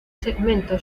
segmento